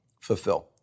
fulfill